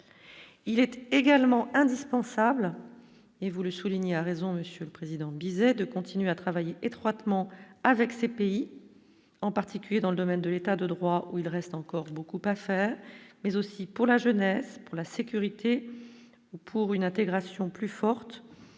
il était également indispensable et vous le soulignez, à raison, Monsieur le Président, Bizet, de continuer à travailler étroitement avec ces pays, en particulier dans le domaine de l'état de droit, où il reste encore beaucoup à faire, mais aussi pour la jeunesse, pour la sécurité ou pour une intégration plus forte